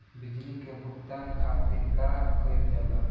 बिजली के भुगतान खातिर का कइल जाइ?